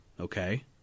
Okay